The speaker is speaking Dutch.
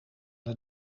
het